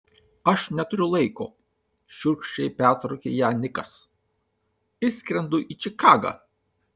aš neturiu laiko šiurkščiai pertraukė ją nikas išskrendu į čikagą